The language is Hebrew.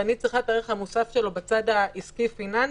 ואני צריכה את הערך המוסף שלו בצד העסקי פיננסי,